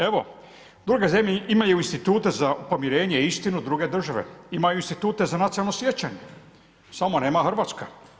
Evo, druge zemlje imaju institute za pomirenje i istinu, druge države, imaju institute za nacionalno sjećanje, samo nema Hrvatska.